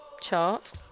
chart